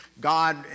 God